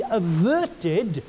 averted